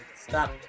Stop